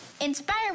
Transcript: Inspire